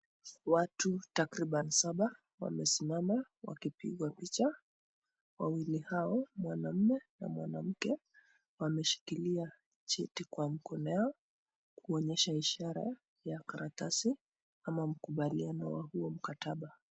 Watu takriban saba wamesimama wako Ipigwa picha, wawili hao mwanaume na mwanamke wameshikilia cheti kwa mkono yao kuonyesha ishara ya karatasi ama mkubaliano wa huo mkataba.